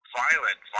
violent